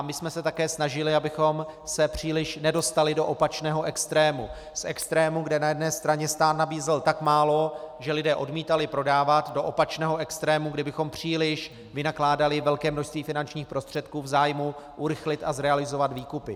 My jsme se také snažili, abychom se příliš nedostali do opačného extrému, z extrému, kde na jedné straně stát nabízel tak málo, že lidé odmítali prodávat, do opačného extrému, kdy bychom příliš vynakládali velké množství finančních prostředků v zájmu urychlit a zrealizovat výkupy.